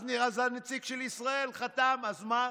אז הנציג של ישראל חתם, אז מה?